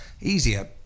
easier